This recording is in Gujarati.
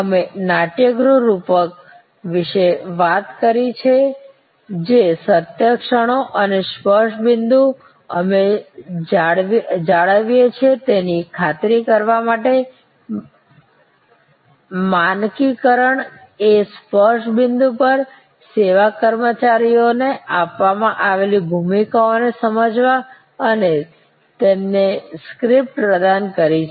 અમે નાટ્યગૃહ રૂપક વિશે વાત કરી જે સત્યની ક્ષણો અને સ્પર્શ બિંદુ અમે જાળવીએ છીએ તેની ખાતરી કરવા માટે માનકીકરણ એ સ્પર્શ બિંદુ પર સેવા કર્મચારીઓને આપવામાં આવેલી ભૂમિકાઓને સમજવા અને તેમને સ્ક્રિપ્ટ્સ પ્રદાન કરી છે